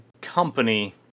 company